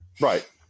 Right